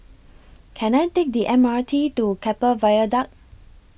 Can I Take The M R T to Keppel Viaduct